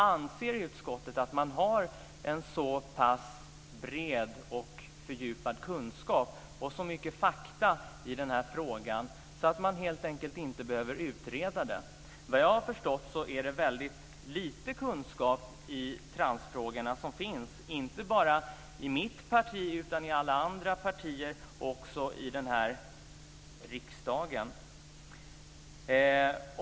Anser utskottet att man har en så pass bred och fördjupad kunskap, så mycket fakta, i frågan att man helst inte behöver utreda den? Vad jag har förstått finns det liten kunskap i transfrågorna, inte bara i mitt parti utan i alla andra partierna i riksdagen.